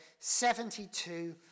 72